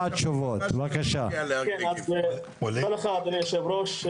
תודה רבה לך אדוני היושב ראש.